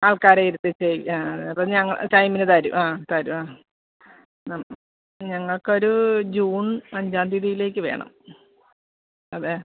ആൾക്കാരെ ഇരുത്തി ചെയ്യും ആ അ അപ്പം ഞങ്ങൾ ടൈമിന് തരും ആ തരും അ ഞങ്ങൾക്ക് ഒരൂ ജൂൺ അഞ്ചാം തീയതിയിലേക്ക് വേണം അതെ